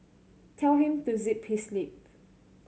tell him to zip his lip